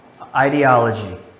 ideology